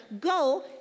Go